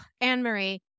Anne-Marie